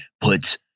puts